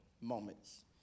moments